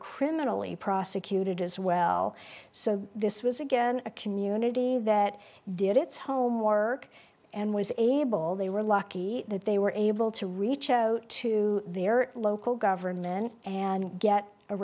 criminally process cupid as well so this was again a community that did its homework and was able they were lucky that they were able to reach out to their local government and get a